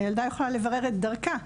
הילדה יכולה לברר את דרכה.